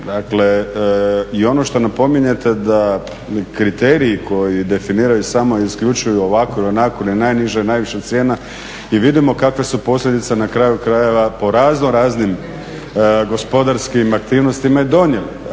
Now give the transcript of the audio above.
Dakle i ono što napominjete da kriteriji koji definiraju samo isključivo ovako ili onako ni najniža ni najviša cijena i vidimo kakve su posljedice na kraju krajeva po raznoraznim gospodarskim aktivnostima i donijeli,